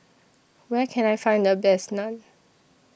Where Can I Find The Best Naan